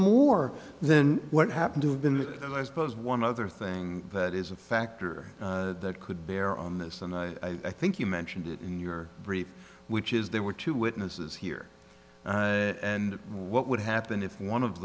more than what happened to have been i suppose one other thing that is a factor that could bear on this and i i think you mentioned it in your brief which is there were two witnesses here and what would happen if one of